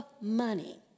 money